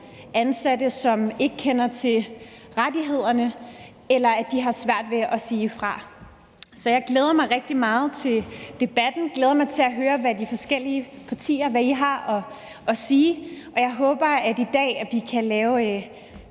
ansatte, som ikke kender til deres rettigheder eller har svært ved at sige fra. Jeg glæder mig rigtig meget til debatten. Jeg glæder mig til at høre, hvad de forskellige partier har at sige, og jeg håber, at vi i dag kan lave